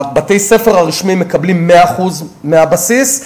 בתי-הספר הרשמיים מקבלים 100% של הבסיס,